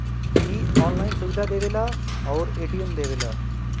इ ऑनलाइन सुविधा देवला आउर ए.टी.एम देवला